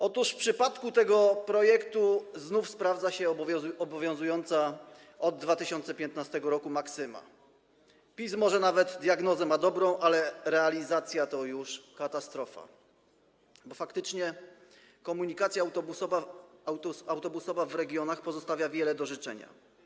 Otóż w przypadku tego projektu znów sprawdza się obowiązująca od 2015 r. maksyma: PiS może nawet ma dobrą diagnozę, ale realizacja to już katastrofa, bo faktycznie komunikacja autobusowa w regionach pozostawia wiele do życzenia.